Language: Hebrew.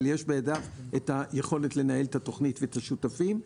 יש בידיו את היכולת לנהל את התוכנית ואת השותפים.